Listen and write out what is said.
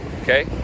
okay